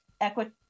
equity